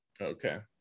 Okay